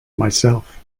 myself